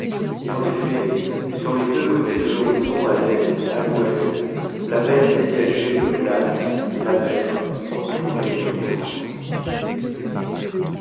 et en effet sur les deux côtés de l'horizon à l'est à l'ouest la mer dégagée de glaces la mer entourait